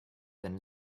than